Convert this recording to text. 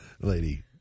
Lady